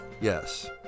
Yes